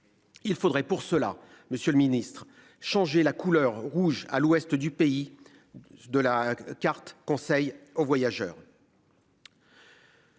Il faudrait pour cela. Monsieur le Ministre, changer la couleur rouge à l'ouest du pays. De la carte conseils aux voyageurs.